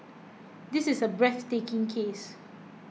this is a breathtaking case